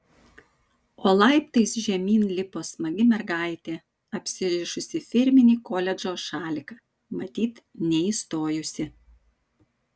o laiptais žemyn lipo smagi mergaitė apsirišusi firminį koledžo šaliką matyt neįstojusi